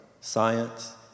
Science